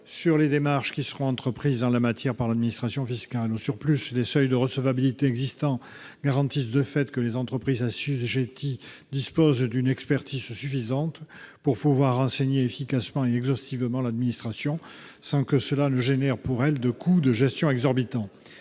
sur les démarches qui seront entreprises en la matière par l'administration fiscale. En outre, les seuils de redevabilité existants garantissent de fait que les entreprises assujetties disposent d'une expertise suffisante pour pouvoir renseigner efficacement et exhaustivement l'administration, sans que cela entraîne pour elles des coûts de gestion exorbitants.